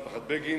משפחת בגין,